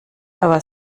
aber